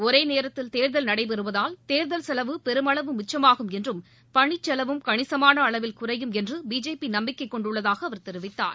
ஒரே நேரத்தில் தேர்தல் நடைபெறுவதால் தேர்தல் செலவு பெருமளவு மிச்சுமாகும் என்றும் பணிச்செலவும் கணிசமான அளவில் குறையும் என்று பிஜேபி நம்பிக்கை கொண்டுள்ளதாக அவர் தெரிவித்தார்